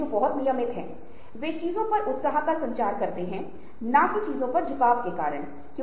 जैसे z में 1 2 और 3 मित्र हैं और कहते हैं कि x yp में केवल एक मित्र है